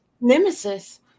Nemesis